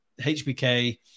HBK